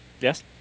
Yes